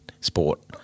sport